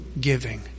giving